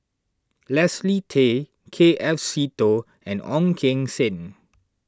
Leslie Tay K F Seetoh and Ong Keng Sen